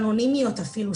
אנונימיות אפילו,